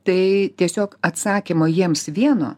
tai tiesiog atsakymo jiems vieno